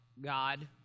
God